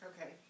Okay